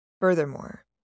Furthermore